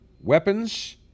weapons